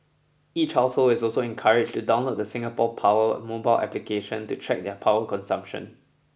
each household is also encouraged to download the Singapore Power mobile application to track their power consumption